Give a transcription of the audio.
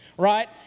right